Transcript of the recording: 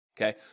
Okay